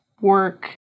work